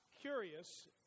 curious